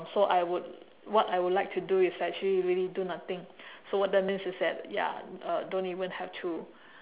so I would what I would like to do is actually really do nothing so what that means is that ya uh don't even have to